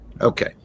Okay